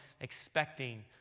expecting